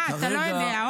אה, אתה לא יודע?